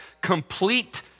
complete